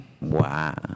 Wow